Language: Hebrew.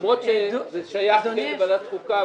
למרות שזה כן שייך לוועדת חוקה.